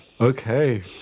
Okay